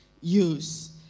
use